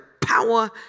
power